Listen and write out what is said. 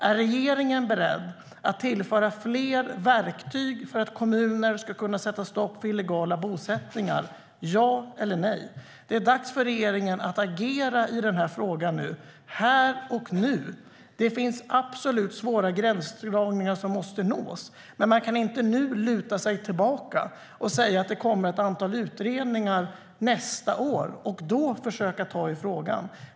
Är regeringen beredd att tillföra fler verktyg för att kommuner ska kunna sätta stopp för illegala bosättningar - ja eller nej? Det är dags för regeringen att agera i frågan här och nu. Det finns absolut svåra gränsdragningar som måste göras, men man kan inte luta sig tillbaka och säga att det kommer ett antal utredningar nästa år och att man då ska försöka ta tag i frågan.